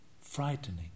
frightening